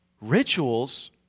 rituals